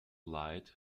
light